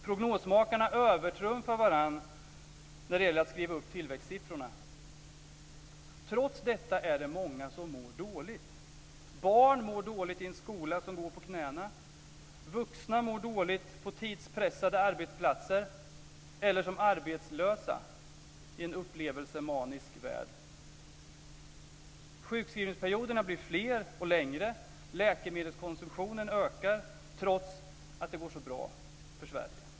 Prognosmakarna övertrumfar varandra när det gäller att skriva upp tillväxtsiffrorna. Trots detta är det många som mår dåligt. Barn mår dåligt i en skola som går på knäna. Vuxna mår dåligt på tidspressade arbetsplatser eller som arbetslösa - en upplevelsemanisk värld. Sjukskrivningsperioderna blir fler och längre och läkemedelskonsumtionen ökar, trots att det går så bra för Sverige.